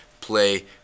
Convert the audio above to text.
play